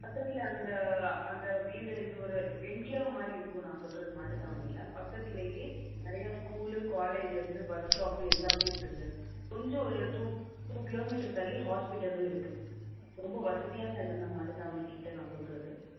பக்கத்தில் அந்த அந்த வீடு இது ஒரு என்கேவ் மாதிரி இருக்கும் நான் சொல்கிறது மாட்டு தாவணியில் பக்கத்துலேயே நிறையா ஸ்கூலு காலேஜஸ்ஸு பஸ் ஸ்டாப்பு எல்லாமே இருக்குது சார் கொஞ்சம் ஒரு டூ டூ கிலோ மீட்டர் தள்ளி ஹாஸ்பிட்டலும் இருக்குது ரொம்ப வசதியான இடம் தான் மாட்டுதாவணி கிட்டே நான் சொல்கிறது